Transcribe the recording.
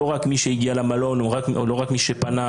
לא רק מי שהגיע למלון או לא רק מי שפנה,